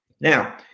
Now